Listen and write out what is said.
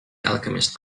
alchemist